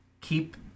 keep